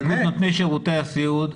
איגוד נותני שירותי הסיעוד,